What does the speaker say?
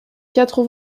quatre